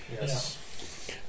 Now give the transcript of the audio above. Yes